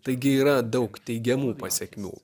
taigi yra daug teigiamų pasekmių